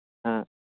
हां